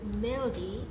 melody